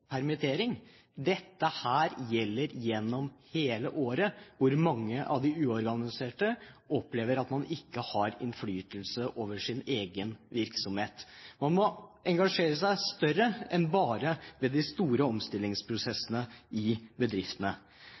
gjelder gjennom hele året, at mange av de uorganiserte opplever at man ikke har innflytelse over sin egen virksomhet. Man må engasjere seg i større grad enn bare ved de store omstillingsprosessene i bedriftene.